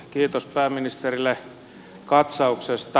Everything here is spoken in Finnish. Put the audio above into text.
kiitos pääministerille katsauksesta